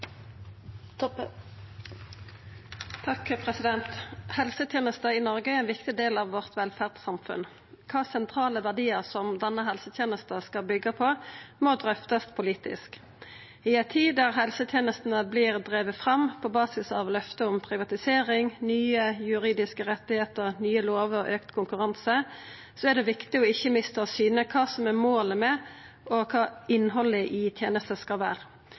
viktig del av velferdssamfunnet vårt. Kva sentrale verdiar som denne helsetenesta skal byggja på, må drøftast politisk. I ei tid der helsetenestene vert drivne fram på basis av løfte om privatisering, nye juridiske rettar, nye lover og auka konkurranse, er det viktig å ikkje mista av syne kva som er målet med tenesta, og kva innhaldet i tenesta skal